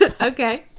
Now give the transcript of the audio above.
Okay